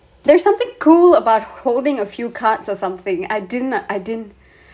there's something cool about holding a few cards or something I didn't I didn't